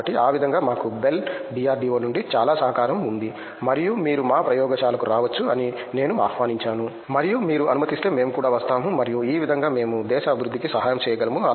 కాబట్టి ఈ విధంగా మాకు BEL DRDO నుండి చాలా సహకారం ఉంది మరియు మీరు మా ప్రయోగశాలకు రావచ్చు అని నేను ఆహ్వానించాను మరియు మీరు అనుమతిస్తే మేము కూడా వస్తాము మరియు ఈ విధంగా మేము దేశ అభివృద్ధికి సహాయం చేయగలము